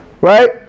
Right